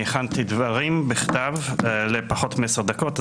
הכנתי דברים בכתב לפחות מעשר דקות,